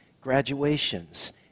graduations